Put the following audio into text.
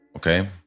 Okay